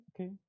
okay